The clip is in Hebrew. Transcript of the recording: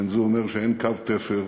אין זה אומר שאין קו תפר,